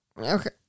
Okay